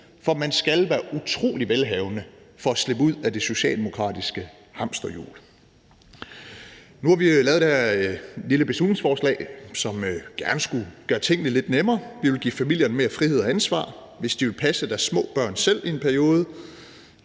for man skal være utrolig velhavende for at slippe ud af det socialdemokratiske hamsterhjul. Nu har vi jo lavet det her lille beslutningsforslag, som gerne skulle gøre tingene lidt nemmere. Vi vil give familierne mere frihed og ansvar, hvis de vil passe deres små børn selv i en periode,